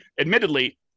Admittedly